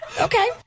okay